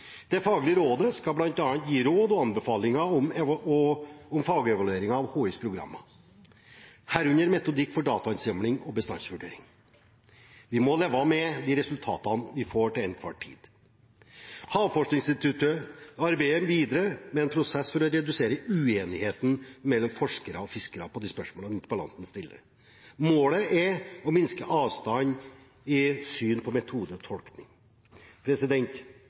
Det faglige rådet skal bl.a. gi råd og anbefalinger om fagevalueringer av HIs programmer, herunder metodikk for datainnsamling og bestandsvurdering. Vi må leve med de resultatene vi får til enhver tid. Havforskningsinstituttet arbeider videre med en prosess for å redusere uenigheten mellom forskere og fiskere i de spørsmålene interpellanten stiller. Målet er å minske avstanden i synet på